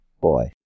Boy